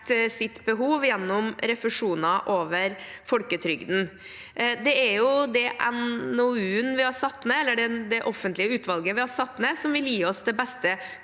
sitt behov gjennom refusjoner over folketrygden. Det offentlige utvalget vi har satt ned, vil gi oss det beste